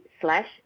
slash